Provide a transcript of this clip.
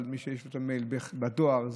בדואר,